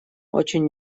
очень